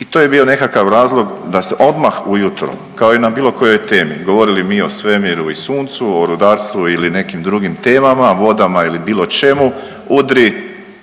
i to je bio nekakav razlog da se odmah ujutro kao i na bilo kojoj temi, govorili mi o svemiru i suncu, o rudarstvu ili nekim drugim temama, vodama ili bilo čemu, udri